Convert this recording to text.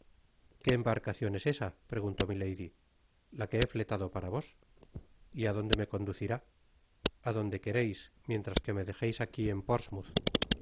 qué embarcacion es esa preguntó milady la que he fletado para vos y á dónde me conducirá a donde quereis mientras que me dejeis ámí en portsmouth